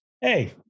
Hey